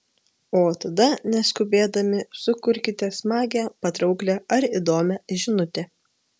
o tada neskubėdami sukurkite smagią patrauklią ar įdomią žinutę